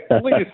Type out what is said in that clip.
please